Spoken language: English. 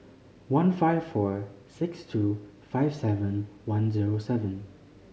one five four six two five seven one zero seven